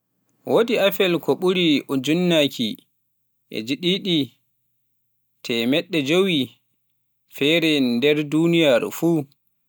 Woodi appel ko ɓuri ujunnaaje jeeɗiɗi, teemedde jowi feere nder duniyaaru fuu,